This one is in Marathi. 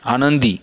आनंदी